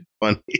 funny